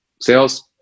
sales